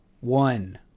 one